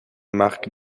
marques